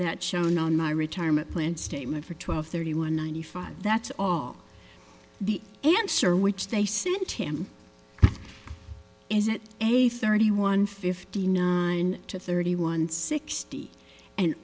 that shown on my retirement plan statement for twelve thirty one ninety five that's all the answer which they sent him is it a thirty one fifty nine to thirty one sixty